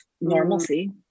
normalcy